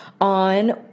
on